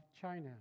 China